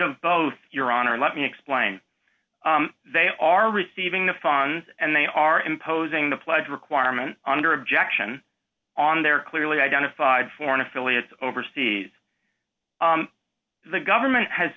of both your honor let me explain they are receiving the funds and they are imposing the pledge requirement under objection on their clearly identified foreign affiliates overseas the government has